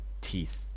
teeth